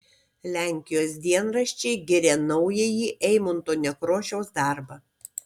lenkijos dienraščiai giria naująjį eimunto nekrošiaus darbą